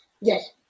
Yes